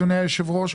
אדוני היושב ראש,